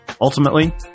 Ultimately